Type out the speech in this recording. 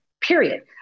period